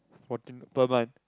fourteen per month